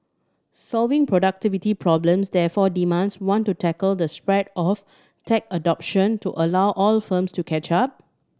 solving productivity problems therefore demands one to tackle the spread of tech adoption to allow all firms to catch up